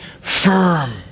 firm